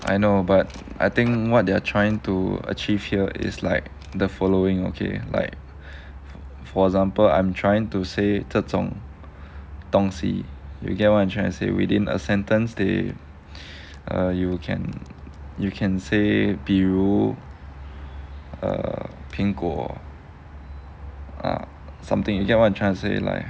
I know but I think what they are trying to achieve here is like the following okay like for example I'm trying to say 这种东西 you get what you trying to say within a sentence they uh you can you can say 比如 err 苹果 ah or something you get what I'm trying to say like